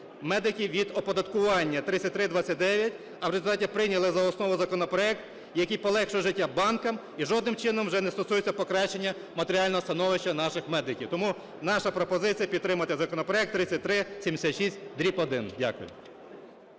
медиків від оподаткування 3329, а в результаті прийняли за основу законопроект, який полегшує життя банкам і жодним чином вже не стосується покращення матеріального становища наших медиків. Тому наша пропозиція підтримати законопроект 3376-1. Дякую.